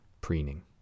preening